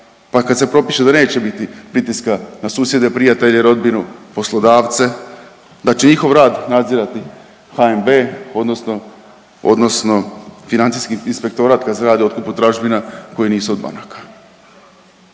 pa kad se propiše da neće biti pritiska na susjede, prijatelje, rodbinu, poslodavce, da će njihov rad nadzirati HNB, odnosno Financijski inspektorat kad se radi o otkupu tražbina koje nisu od banaka.